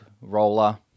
roller